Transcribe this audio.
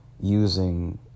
using